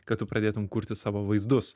kad tu pradėtum kurti savo vaizdus